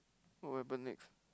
what will happen next